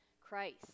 Christ